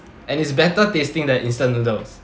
and it's better tasting than instant noodles